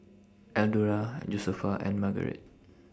Eldora Josefa and Margarett